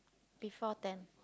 before ten